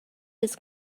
his